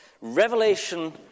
revelation